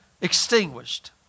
extinguished